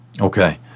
Okay